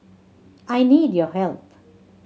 I need your help